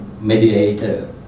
mediator